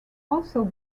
although